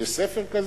יש ספר כזה,